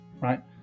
right